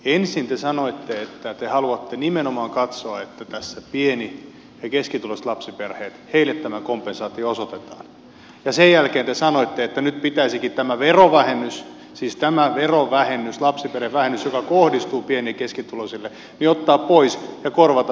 ensin te sanoitte että te haluatte nimenomaan katsoa että tässä pieni ja keskituloisille lapsiperheille tämä kompensaatio osoitetaan ja sen jälkeen te sanoitte että nyt pitäisikin tämä verovähennys siis tämä verovähennys lapsiperhevähennys joka kohdistuu pieni ja keskituloisille ottaa pois ja korvata se lapsilisillä